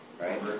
right